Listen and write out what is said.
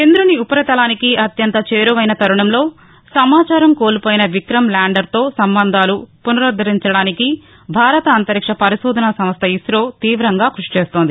చంద్రుని ఉపరితలానికి అత్యంత చేరువైన తరుణంలో సమాచారం కోల్పోయిన విక్రమ్ ల్యాండర్తో సంబంధాలు పునరుద్దరించడానికి భారత అంతరిక్ష పరిశోధన సంస్గ ఇసో తీవంగా క్బషి చేస్తోంది